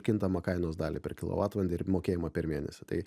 kintamą kainos dalį per kilovatvalandę ir mokėjimą per mėnesį tai